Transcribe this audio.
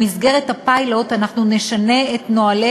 במסגרת הפיילוט אנחנו נשנה את נוהלי